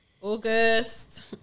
August